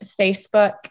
Facebook